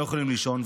לא יכולים לישון,